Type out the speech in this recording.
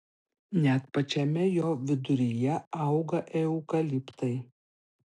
net pačiame jo viduryje auga eukaliptai